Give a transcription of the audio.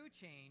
change